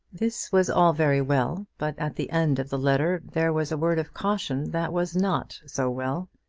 this was all very well, but at the end of the letter there was a word of caution that was not so well.